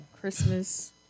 Christmas